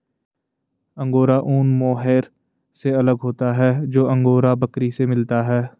angora ऊन mohair से अलग होता है जो अंगोरा बकरी से मिलता है